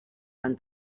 van